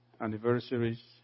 anniversaries